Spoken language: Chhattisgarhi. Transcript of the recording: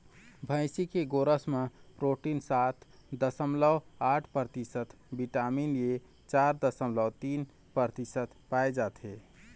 भइसी के गोरस म प्रोटीन सात दसमलव आठ परतिसत, बिटामिन ए चार दसमलव तीन परतिसत पाए जाथे